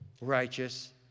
righteous